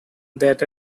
that